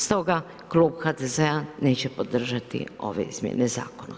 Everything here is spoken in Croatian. Stoga Klub HDZ-a neće podržati ove izmjene Zakona.